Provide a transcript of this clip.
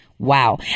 Wow